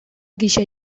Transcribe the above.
gisa